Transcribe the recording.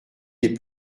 des